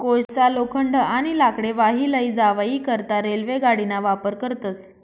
कोयसा, लोखंड, आणि लाकडे वाही लै जावाई करता रेल्वे गाडीना वापर करतस